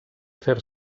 fer